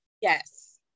Yes